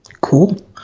Cool